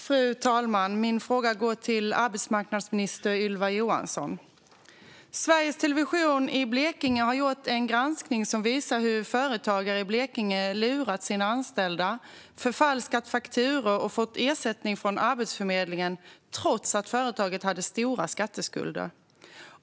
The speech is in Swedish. Fru talman! Min fråga går till arbetsmarknadsminister Ylva Johansson. Sveriges Television i Blekinge har gjort en granskning som visar hur företagare i Blekinge har lurat sina anställda, förfalskat fakturor och fått ersättning från Arbetsförmedlingen, trots att företaget hade stora skatteskulder.